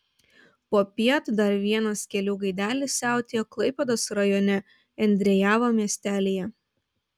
popiet dar vienas kelių gaidelis siautėjo klaipėdos rajone endriejavo miestelyje